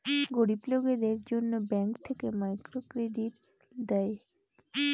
গরিব লোকদের জন্য ব্যাঙ্ক থেকে মাইক্রো ক্রেডিট দেয়